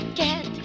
get